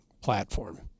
platform